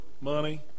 money